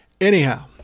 Anyhow